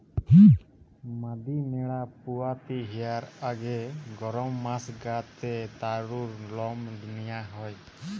মাদি ম্যাড়া পুয়াতি হিয়ার আগে গরম মাস গা তে তারুর লম নিয়া হয়